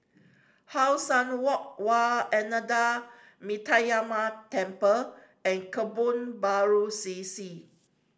How Sun Walk Wat Ananda Metyarama Temple and Kebun Baru C C